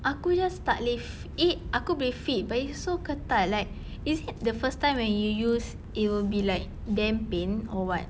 aku just tak boleh fit aku boleh fit but it's so ketat like is it the first time when you use it will be like damn pain or what